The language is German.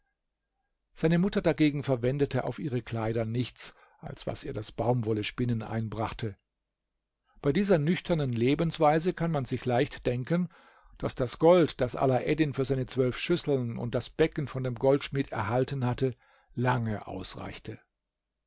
seine mutter dagegen verwendete auf ihre kleider nichts als was ihr das baumwollespinnen einbrachte bei dieser nüchternen lebensweise kann man sich leicht denken daß das gold das alaeddin für seine zwölf schüsseln und das becken von dem goldschmied erhalten hatte lange ausreichte